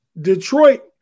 Detroit